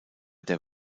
der